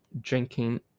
drinking